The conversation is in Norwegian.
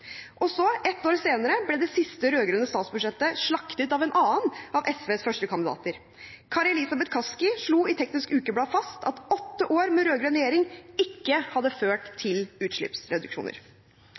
Og så, ett år senere, ble det siste rød-grønne statsbudsjettet slaktet av en annen av SVs førstekandidater. Kari Elisabeth Kaski slo i Teknisk ukeblad fast at åtte år med rød-grønn regjering ikke hadde ført